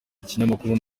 ikinyamakuru